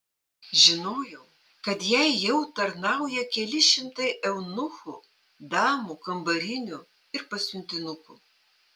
žinojau kad jai jau tarnauja keli šimtai eunuchų damų kambarinių ir pasiuntinukų